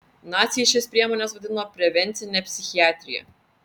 naciai šias priemones vadino prevencine psichiatrija